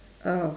oh